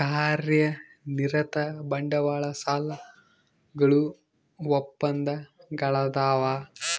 ಕಾರ್ಯನಿರತ ಬಂಡವಾಳ ಸಾಲಗಳು ಒಪ್ಪಂದಗಳದಾವ